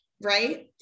right